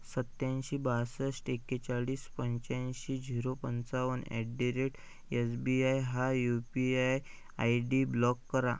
सत्त्याऐंशी बासष्ट एक्केचाळीस पंच्याऐंशी झिरो पंचावन्न at the rate S B I हा U P I I D block करा